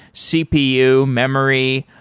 cpu, memory,